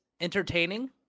entertaining